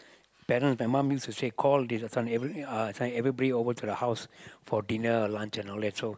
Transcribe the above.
parent my mom used she call the son send everybody uh send everybody over to the house for lunch dinner and all that so